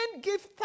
give